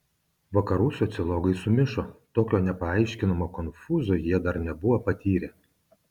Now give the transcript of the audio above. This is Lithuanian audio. vakarų sociologai sumišo tokio nepaaiškinamo konfūzo jie dar nebuvo patyrę